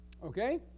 Okay